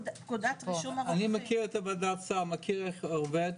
אני מכיר את ועדת הסל ואיך זה עובד.